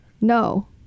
No